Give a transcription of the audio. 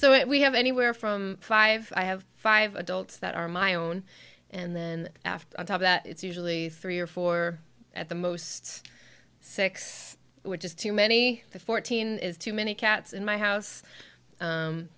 if we have anywhere from five i have five adults that are my own and then after that it's usually three or four at the most six which is too many fourteen is too many cats in my house